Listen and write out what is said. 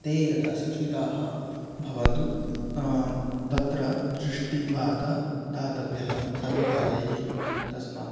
ते यथा शिक्षिताः भवन्तु तत्र दृष्टिवात दातव्यः सर्वकारैः तस्मात्